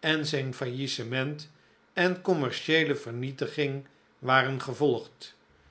en zijn faillissement en commercieele vernietiging waren gevolgd